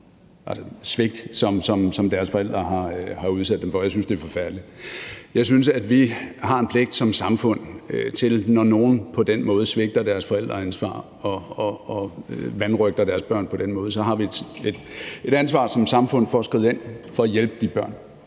Jeg synes, det er forfærdeligt. Jeg synes, at når nogen på den måde svigter deres forældreansvar og vanrøgter deres børn på den måde, så har vi som samfund et ansvar for at skride ind for at hjælpe de børn.